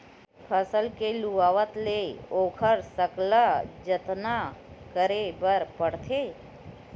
फसल के लुवावत ले ओखर सकला जतन करे बर परथे